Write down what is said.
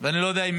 לא מצליח.